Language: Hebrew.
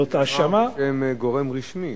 האשמה מגורם רשמי.